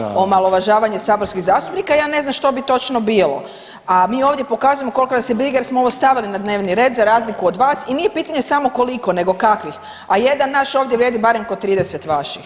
Ako to nije omalovažavanje saborskih zastupnika ja ne znam što bi točno bilo, a mi ovdje pokazujemo kolko nas je briga jer smo ovo stavili na dnevni red za razliku od vas i nije pitanje samo koliko nego kakvih, a jedan naš ovdje vrijedi barem ko 30 vaših.